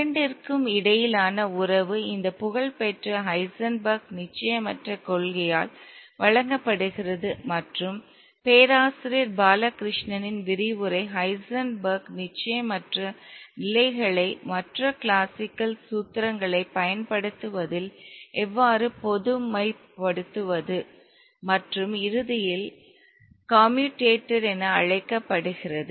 இரண்டிற்கும் இடையிலான உறவு இந்த புகழ்பெற்ற ஹைசன்பெர்க் நிச்சயமற்ற கொள்கையால் வழங்கப்படுகிறது மற்றும் பேராசிரியர் பாலகிருஷ்ணனின் Balakrishnan's விரிவுரை ஹைசன்பெர்க் நிச்சயமற்ற நிலைகளை மற்ற கிளாசிக்கல் சூத்திரங்களைப் பயன்படுத்துவதில் எவ்வாறு பொதுமைப்படுத்துவது மற்றும் இறுதியில் கம்யூட்டேட்டர் என அழைக்கப்படுகிறது